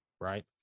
right